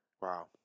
Wow